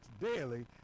daily